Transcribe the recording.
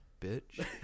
bitch